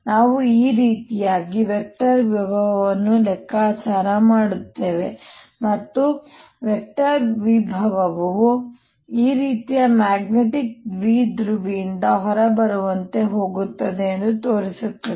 ನಾವು ಈ ಕಾರಣದಿಂದಾಗಿ ವೆಕ್ಟರ್ ವಿಭವವನ್ನು ಲೆಕ್ಕಾಚಾರ ಮಾಡುತ್ತೇವೆ ಮತ್ತು ವೆಕ್ಟರ್ ವಿಭವವು ಈ ರೀತಿಯ ಮ್ಯಾಗ್ನೆಟಿಕ್ ದ್ವಿಧ್ರುವಿಯಿಂದ ಹೊರಬರುವಂತೆ ಹೋಗುತ್ತದೆ ಎಂದು ತೋರಿಸುತ್ತದೆ